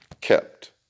kept